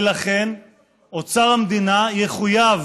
ולכן אוצר המדינה יחויב